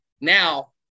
now